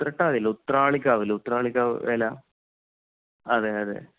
ഉത്രട്ടാതിയല്ല ഉത്രാളിക്കാവിലെ ഉത്രാളിക്കാവ് വേല അതെയതെ